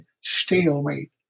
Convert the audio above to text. stalemate